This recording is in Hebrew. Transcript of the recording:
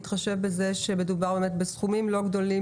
בהתחשב בזה שמדובר בסכומים לא גדולים,